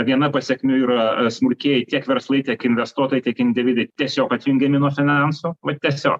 viena pasekmių yra smulkieji tiek verslai tiek investuotojai tiek individai tiesiog atjungiami nuo finansų va tiesiog